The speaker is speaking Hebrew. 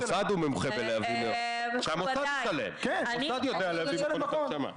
המוסד הוא מומחה, המוסד יודע להביא מכונות הנשמה.